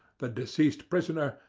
the deceased prisoner,